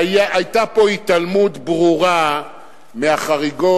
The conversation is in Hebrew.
היתה פה התעלמות ברורה מהחריגות